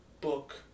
book